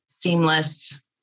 seamless